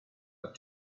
have